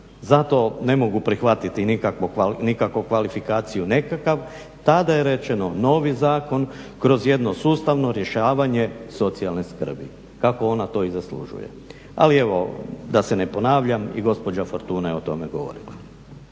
Zato ne mogu prihvatiti nikakvu kvalifikaciju nekakav. Tada je rečeno novi zakon kroz jedno sustavno rješavanje socijalne skrbi kako ona to i zaslužuje. Ali evo da se ne ponavljam i gospođa Fortuna je o tome govorila.